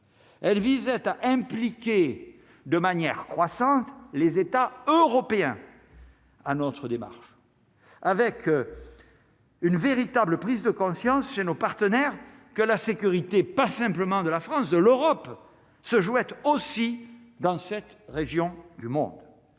elle visait à impliquer de manière croissante les États européens à notre démarche, avec une véritable prise de conscience chez nos partenaires que la sécurité pas simplement de la France de l'Europe se joue aussi dans cette région du monde